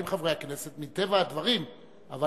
לא,